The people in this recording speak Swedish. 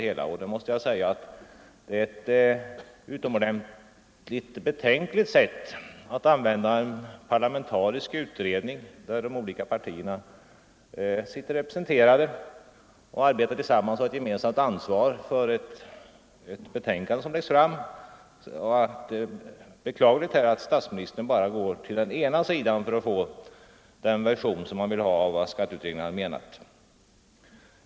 Jag måste säga att det är ett utomordentligt betänkligt sätt att använda en parlamentarisk utredning där de olika partierna sitter representerade och arbetar tillsammans och har ett gemensamt ansvar för ett betänkande som läggs fram. Det är beklagligt att statsministern bara går till ena sidan för att få den version han vill ha av vad skatteutredningen har menat.